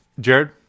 Jared